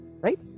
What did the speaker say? right